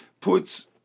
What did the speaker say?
puts